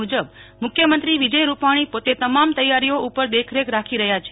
મુખ્યમંત્રી શ્રી વિજય રૂપાણી પોતે તમામ તૈયારીઓ ઉપર દેખરેખ રાખી રહ્યાં છે